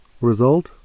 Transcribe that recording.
Result